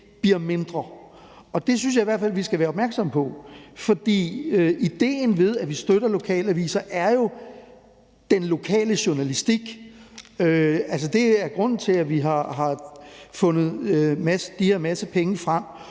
bliver mindre. Det synes jeg i hvert fald vi skal være opmærksomme på, fordi idéen med, at vi støtter lokale aviser, er jo den lokale journalistik; altså, det er grunden til, at vi har fundet den her masse penge frem,